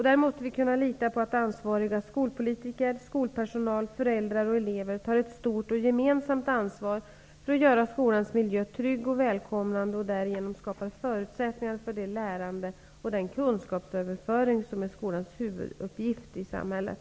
Där måste vi kunna lita på att ansvariga skolpolitiker, skolpersonal, föräldrar och elever tar ett stort och gemensamt ansvar för att göra skolans miljö trygg och välkomnande och därigenom skapar förutsättningar för det lärande och den kunskapsöverföring som är skolans huvuduppgift i samhället.